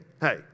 hey